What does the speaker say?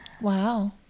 Wow